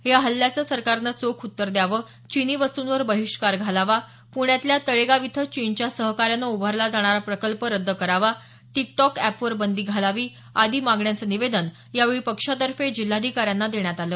या हल्ल्याचं सरकारनं चोख उत्तर द्यावं चीनी वस्तूंवर बहिष्कार घालावा पुण्यातल्या तळेगाव इथं चीनच्या सहकार्यानं उभारला जाणारा प्रकल्प रद्द करावा टिक टॉक अॅपवर बंदी घालावी आदी मागण्यांचं निवेदन यावेळी पक्षातर्फे जिल्हाधिकाऱ्यांना देण्यात आलं